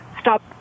stop